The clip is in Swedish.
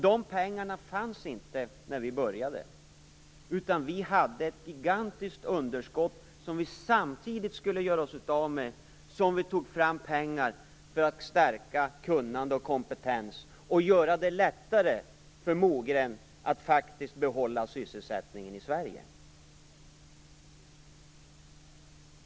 De pengarna fanns inte när vi började, utan vi skulle göra oss av med ett gigantiskt underskott samtidigt som vi tog fram pengar för att stärka kunnande och kompetens och göra det lättare för Mogren att behålla sysselsättningen i Sverige.